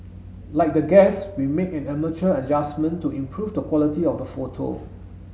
like the guests we made an amateur adjustment to improve the quality of the photo